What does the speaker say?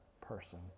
person